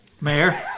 Mayor